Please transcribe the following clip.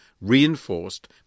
reinforced